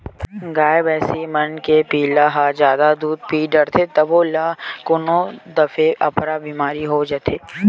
गाय भइसी मन के पिला ह जादा दूद पीय डारथे तभो ल कोनो दफे अफरा बेमारी हो जाथे